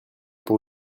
pour